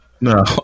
No